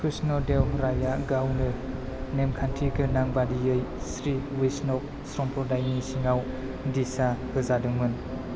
कृष्ण देव राया गावनो नेमखान्थि गोनां बादियै श्री वैष्णव संप्रदायनि सिङाव दिसा होजादोंमोन